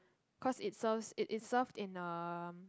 cause it serves it is serve in a